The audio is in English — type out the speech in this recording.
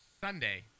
Sunday